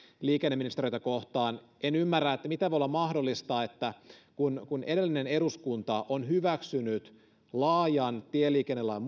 liikenneministeriötä kohtaan en ymmärrä miten voi olla mahdollista että kun kun edellinen eduskunta on hyväksynyt laajan tieliikennelain